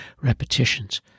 repetitions